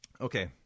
Okay